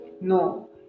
No